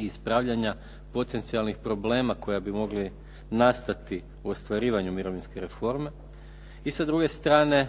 i ispravljanja potencijalnih problema koji bi mogli nastati u ostvarivanju mirovinske reforme. I sa druge strane,